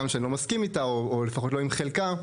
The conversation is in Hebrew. גם כשאני לא מסכים איתה או לפחות לא עם חלקה,